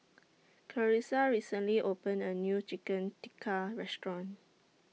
Clarissa recently opened A New Chicken Tikka Restaurant